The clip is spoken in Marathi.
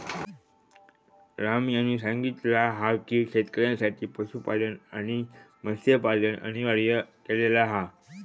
राम यांनी सांगितला हा की शेतकऱ्यांसाठी पशुपालन आणि मत्स्यपालन अनिवार्य केलेला हा